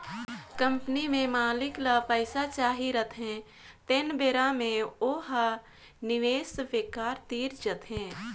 company में मालिक ल पइसा चाही रहथें तेन बेरा म ओ ह निवेस बेंकर तीर जाथे